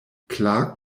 clark